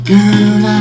Girl